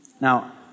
now